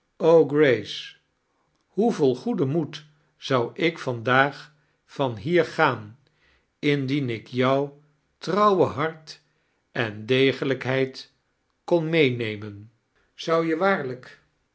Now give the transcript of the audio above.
grace fitoe vol goedien moed zou ik vandaag van bier gaan indien ik jou trouwe hart en dege lijkhedd kon meenemen zou j waarlijk